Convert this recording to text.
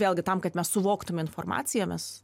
vėlgi tam kad mes suvoktume informaciją mes